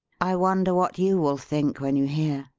i wonder what you will think when you hear?